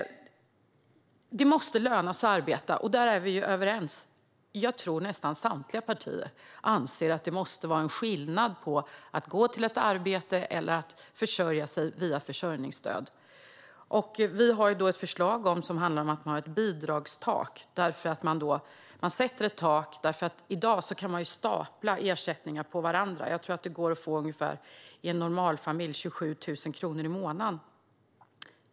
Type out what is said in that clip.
Det måste löna sig att arbeta - där är vi överens. Jag tror att nästan samtliga partier anser att det måste vara skillnad på att gå till ett arbete och att försörja sig via försörjningsstöd. Vi har ett förslag på ett bidragstak. I dag kan man stapla ersättningar på varandra; jag tror att det för en normalfamilj går att få ungefär 27 000 kronor i månaden.